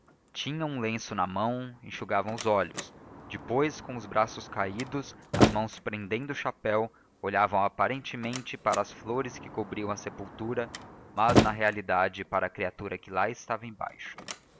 tinham um lenço na mão enxugavam os olhos depois com os braços caídos as mãos prendendo o chapéu olhavam aparentemente para as flores que cobriam a sepultura mas na realidade para a criatura que lá estava embaixo